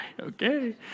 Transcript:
okay